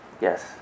Yes